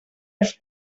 was